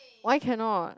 why cannot